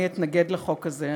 אני אתנגד לחוק הזה.